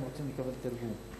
הם רוצים לקבל תרגום.